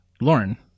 Lauren